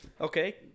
Okay